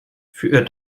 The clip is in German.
für